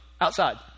outside